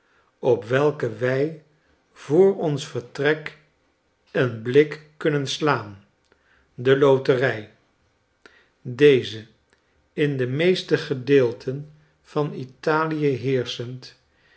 op welke wy voor ons vertrek een blik kunnen slaan de loterij deze in de meeste gedeelten van italie